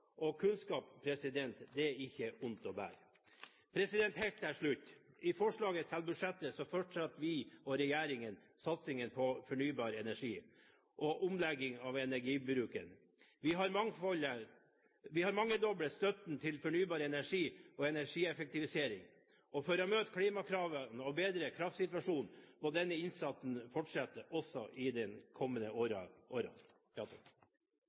mer kunnskap. Kunnskap er ikke vondt å bære. Helt til slutt: I forslaget til budsjett fortsetter vi og regjeringen satsingen på fornybar energi og omlegging av energibruken. Vi har mangedoblet støtten til fornybar energi og energieffektivisering. For å møte klimakravene og bedre kraftsituasjonen må denne innsatsen fortsette også i de kommende